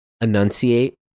enunciate